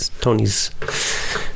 Tony's